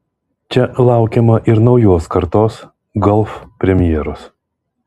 čia laukiama ir naujos kartos golf premjeros